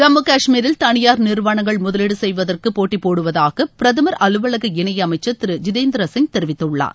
ஜம்மு காஷ்மீரில் தனியார் நிறுவனங்கள் முதவீடு செய்வதற்கு போட்டி போடுவதாக பிரதமர் அலுவலக இணையமைச்சர் திரு ஜிதேந்தர் சிங் தெரிவித்துள்ளார்